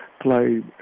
play